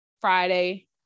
Friday